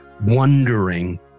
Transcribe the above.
wondering